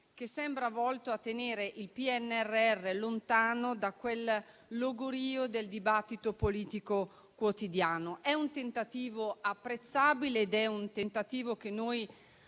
che sembra volto a tenere il PNRR lontano dal logorio del dibattito politico quotidiano. È un tentativo apprezzabile, che noi